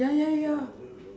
ya ya ya